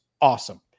awesome